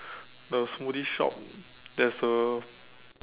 the smoothie shop there's a